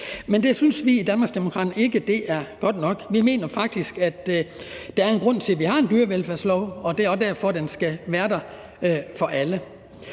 Men det synes vi i Danmarksdemokraterne ikke er godt nok. Vi mener faktisk, at der er en grund til, at vi har en dyrevelfærdslov, og det er også derfor, den skal være der for alle.